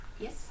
Yes